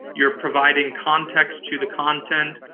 you're providing context to the content,